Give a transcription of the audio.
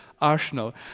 Arsenal